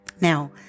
Now